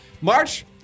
March